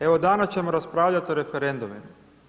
Evo, danas ćemo raspravljati o referendumima.